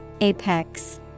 Apex